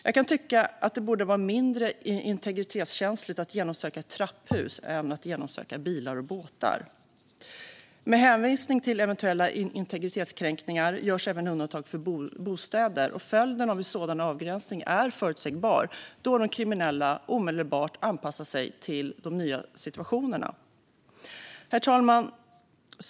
Jag kan tycka att det borde vara mindre integritetskänsligt att genomsöka ett trapphus än att genomsöka bilar och båtar. Med hänvisning till eventuella integritetskränkningar görs även undantag för bostäder. Följden av en sådan avgränsning är förutsägbar då de kriminella omedelbart anpassar sig till de nya situationerna. Herr talman!